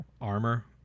Armor